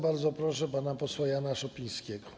Bardzo proszę pana posła Jana Szopińskiego.